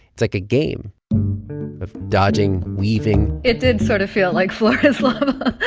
it's like a game of dodging, weaving it did sort of feel like floor is lava.